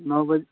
नौ बजे